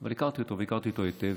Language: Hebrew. אבל הכרתי אותו והכרתי אותו היטב,